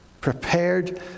prepared